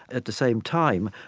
at the same time,